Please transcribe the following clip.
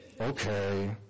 Okay